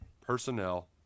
PERSONNEL